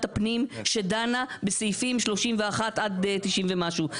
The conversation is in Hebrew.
הפנים שדנה בסעיפים 31 עד 90 ומשהו.